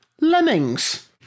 Lemmings